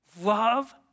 Love